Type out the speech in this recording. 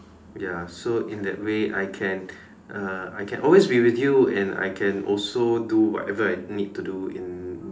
ya so in that way I can uh I can always be with you and I can also do whatever I need to do in